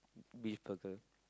big burger